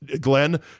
Glenn